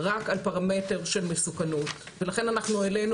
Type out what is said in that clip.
רק על פרמטר של מסוכנות ולכן אנחנו העלינו